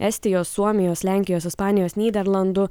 estijos suomijos lenkijos ispanijos nyderlandų